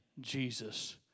Jesus